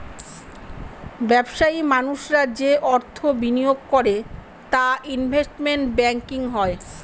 ব্যবসায়ী মানুষরা যে অর্থ বিনিয়োগ করে তা ইনভেস্টমেন্ট ব্যাঙ্কিং হয়